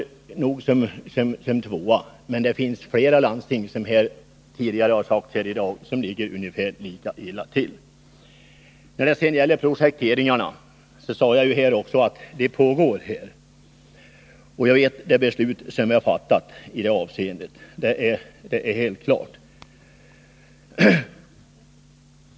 Värmland kommer som nr 2, men det finns, som det har sagts tidigare i dag, flera län som ligger ungefär lika illa till. När det gäller projekteringarna sade jag att dessa pågår. Och jag känner till det beslut som i detta avseende har fattats — det är helt klart.